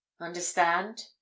Understand